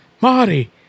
Marty